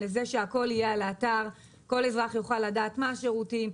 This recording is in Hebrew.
למצב שהכל יהיה באתר כך שכל אזרח יוכל לדעת מה השירותים,